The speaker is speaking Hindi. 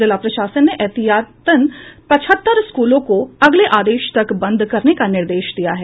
जिला प्रशासन ने एहतियातन पचहत्तर स्कूलों को अगले आदेश तक बंद करने का निर्देश दिया है